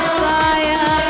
fire